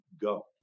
go